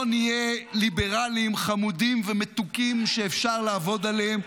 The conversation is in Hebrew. אנחנו לא נהיה ליברלים חמודים ומתוקים שאפשר לעבוד עליהם.